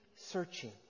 Searching